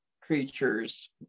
creatures